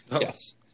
Yes